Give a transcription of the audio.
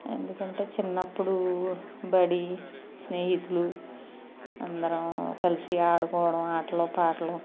ఎందుకంటే చిన్నప్పుడు బడి స్నేహితులు అందరం కలిసి ఆడుకోవడం ఆటలు పాటలు